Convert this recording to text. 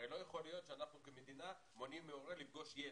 הרי לא יכול להיות שאנחנו כמדינה מונעים מהורה לפגוש ילד,